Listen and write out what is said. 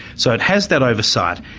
so it has that oversight.